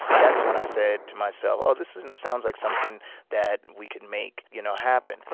that's when i said to myself, oh, this isn't sounds like something that we can make, you know, happen.